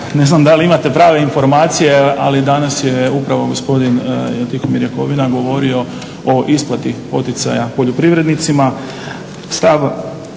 Ne znam da li imate prave informacije ali danas je upravo gospodin Tihomir Jakovina govorio o isplati poticaja poljoprivrednicima.